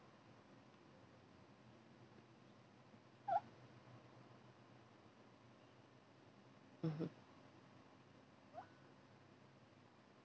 mmhmm